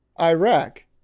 Iraq